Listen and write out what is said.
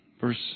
Verse